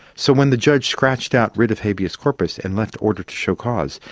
so when the judge scratched out writ of habeas corpus and left order to show cause,